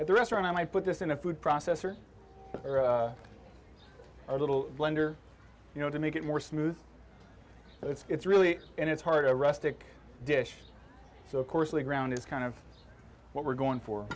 at the restaurant and i put this in a food processor or a little blender you know to make it more smooth and it's really and it's hard to rest ik dish so of course the ground is kind of what we're going for